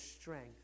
strength